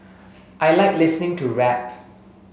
I like listening to rap